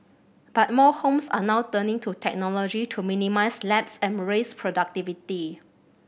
but more homes are now turning to technology to minimise lapses and raise productivity